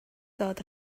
dod